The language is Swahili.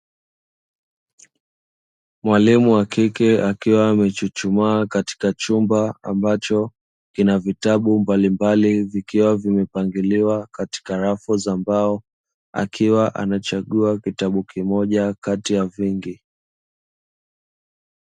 Mwalimu wa kike akiwa amechuchumaa katika chumba ambacho, kina vitabu mbalimbali vikiwa vimepangiliwa katika rafu za mbao, akiwa anachagua kitabu kimoja kati ya vingi.